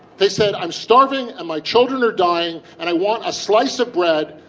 they said, i'm starving. and my children are dying. and i want a slice of bread.